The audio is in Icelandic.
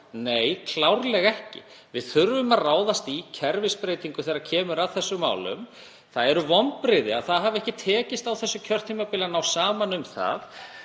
Nei, klárlega ekki. Við þurfum að ráðast í kerfisbreytingu þegar kemur að þessum málum. Það eru vonbrigði að ekki hafi tekist að ná saman um það